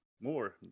more